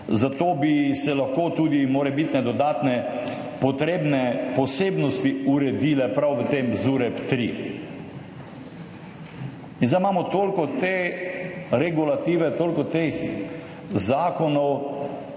in bi se lahko tudi morebitne dodatne potrebne posebnosti uredile prav v tem ZUreP-3. Zdaj imamo toliko te regulative, toliko teh zakonov,